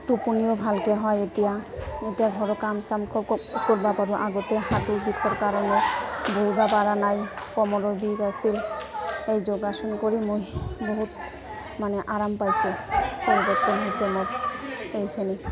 টোপনিও ভালকৈ হয় এতিয়া এতিয়া ঘৰৰ কাম চাম কৰবা পাৰোঁ আগতে আঁঠুৰ বিষৰ কাৰণে বহিব পাৰা নাই কমৰৰ বিষ আছিল এই যোগাসন কৰি মই বহুত মানে আৰাম পাইছোঁ পৰিৱৰ্তন হৈছে মোৰ এইখিনি